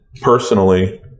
personally